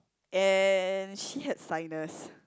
and she had sinus